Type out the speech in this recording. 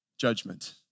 judgment